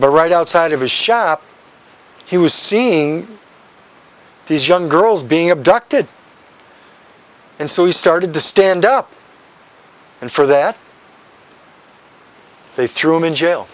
but right outside of his shop he was seeing these young girls being abducted and so he started to stand up and for that they threw him in jail